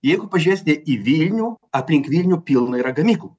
jeigu pažiūrėsite į vilnių aplink vilnių pilna yra gamyklų